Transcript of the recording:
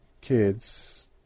kids